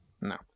no